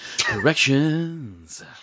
Corrections